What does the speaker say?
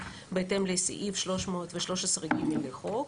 התשפ"ג 2022,